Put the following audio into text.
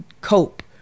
cope